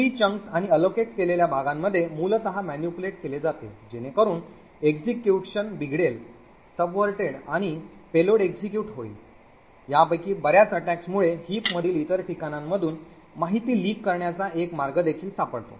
free chunks आणि allocate केलेल्या भागांमध्ये मूलत manipulate केले जाते जेणेकरून execution बिघडेल आणि पेलोड एक्जीक्यूट होईल यापैकी बर्याच attacks मुळे हिप मधील इतर ठिकाणांमधून माहिती लीक करण्याचा एक मार्ग देखील सापडतो